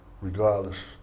regardless